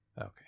Okay